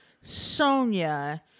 Sonia